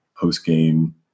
post-game